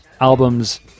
albums